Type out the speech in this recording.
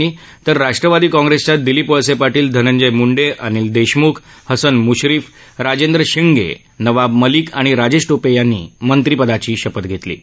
यांनी तर राष्ट्रवादी काँग्रस्तिया दीलीप वळस्तिटील धनंजय मुंडा अनिल दर्शकुख हसन मुश्रीफ राजेंद्र शिंगण जेवाब मलिक आणि राजध्येपत्रांनी मंत्रीपदाची शपथ घस्त्रीी